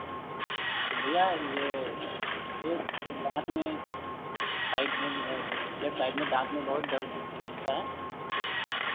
भैया ये डेन्ट में दांत में साइड में लेफ्ट साइड में दांत में बहुत दर्द होता है